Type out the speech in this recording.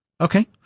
Okay